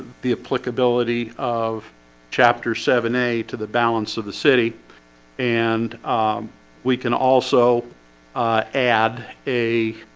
the applicability of chapter seven a to the balance of the city and we can also add a